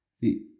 See